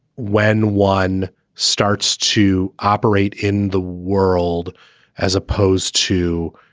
when one starts to operate in the world as opposed to